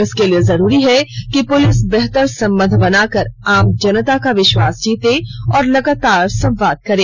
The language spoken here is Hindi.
इसके लिए जरूरी है कि पुलिस बेहतर संबंध बनाकर आम जनता का विश्वास जीते और लगातार संवाद करे